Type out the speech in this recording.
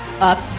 up